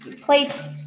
plates